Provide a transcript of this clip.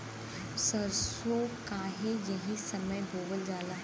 सरसो काहे एही समय बोवल जाला?